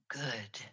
good